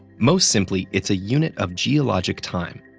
most simply, it's a unit of geologic time.